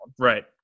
Right